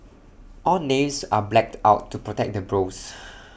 all names are blacked out to protect the bros